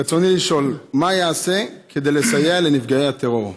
רצוני לשאול: מה ייעשה כדי לסייע לנפגעי הטרור?